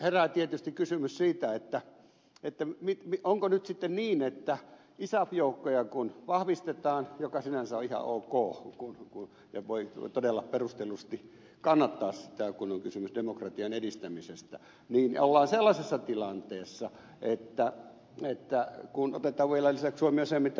herää tietysti kysymys onko nyt sitten niin että kun isaf joukkoja vahvistetaan mikä sinänsä on ihan ok ja voi todella perustellusti kannattaa sitä kun on kysymys demokratian edistämisestä niin ollaan sellaisessa tilanteessa kun otetaan vielä lisäksi huomioon se mitä ed